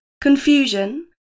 confusion